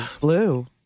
blue